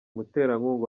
umuterankunga